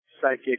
psychic